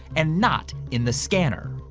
and not in the scanner.